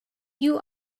you